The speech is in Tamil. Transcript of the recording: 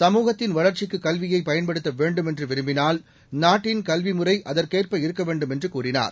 சமூகத்தின் வளர்ச்சிக்கு கல்வியை பயன்படுத்த வேண்டும் என்று விரும்பினால் நாட்டின் கல்விமுறை அதற்கேற்ப இருக்க வேண்டும் என்று கூறினார்